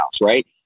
Right